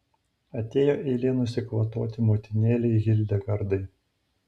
atėjo eilė nusikvatoti motinėlei hildegardai